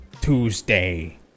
Tuesday